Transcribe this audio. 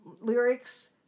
lyrics